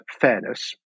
fairness